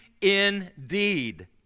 indeed